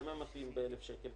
גם הם מופיעים ב-1,000 שקל.